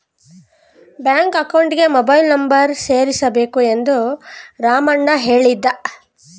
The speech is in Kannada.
ಬ್ಯಾಂಕ್ ಅಕೌಂಟ್ಗೆ ಮೊಬೈಲ್ ನಂಬರ್ ಸೇರಿಸಬೇಕು ಎಂದು ರಾಮಣ್ಣ ಹೇಳಿದ